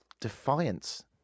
defiance